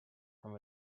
from